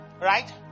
Right